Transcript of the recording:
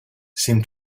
seem